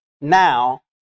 now